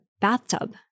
bathtub